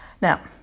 Now